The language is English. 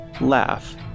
laugh